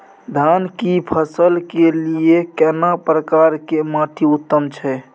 धान की फसल के लिये केना प्रकार के माटी उत्तम छै?